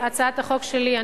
הצעת החוק שלי,